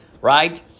right